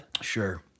sure